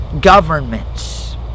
Governments